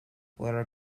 letter